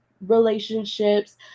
relationships